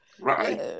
right